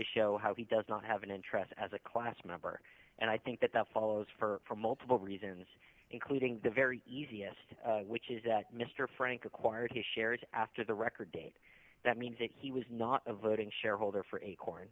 show how he does not have an interest as a class member and i think that that follows for multiple reasons including the very easiest which is that mr frank acquired a shared after the record date that means that he was not a voting share holder for acorn